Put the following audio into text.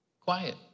quiet